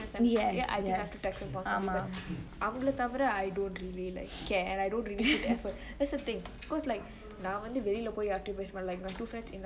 I think I still text them constantly but அவுங்க தவிர:avungale tavire I don't really care and I don't really put effort that's the thing cause like have to waste like my two friends